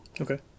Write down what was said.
Okay